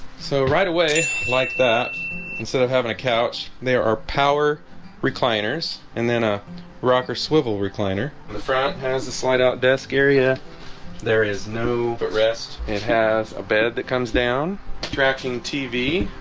so right away like that instead of having a couch there are power recliners and then a rocker swivel recliner. the front has a slide-out desk area there is no but rest and have a bed that comes down tracking tv